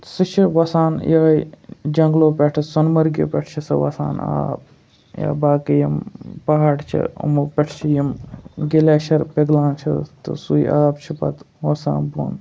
سُہ چھِ وَسان یِہٕے جنٛگلو پٮ۪ٹھٕ سۄنہٕ مرگہِ پٮ۪ٹھ چھِ سۄ وَسان آب یا باقٕے یِم پہاڑ چھِ یِمو پٮ۪ٹھ چھِ یِم گٕلیشر پِگلان چھِس تہٕ سُے آب چھِ پَتہٕ وَسان بۄن